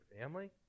family